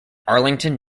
arlington